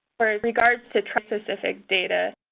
with regards to tribe specific data,